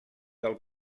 del